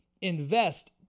Invest